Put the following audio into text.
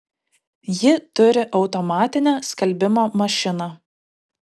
ji turi automatinę skalbimo mašiną